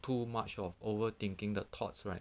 too much of over thinking the thoughts right